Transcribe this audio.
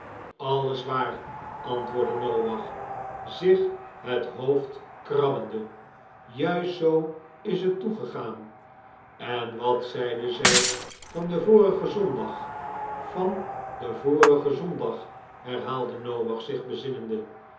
alles waar antwoordde noach zich het hoofd krabbende juist zoo is het toegegaan jea wat zeide zij van den vorigen zondag van den vorigen zondag herhaalde noach zich bezinnende